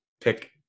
pick